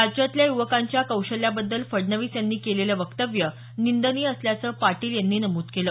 राज्यातल्या युवकांच्या कौशल्याबद्दल फडणवीस यांनी केलेलं वक्तव्य निंदनीय असल्याचं पाटील यांनी नमूद केलं